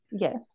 Yes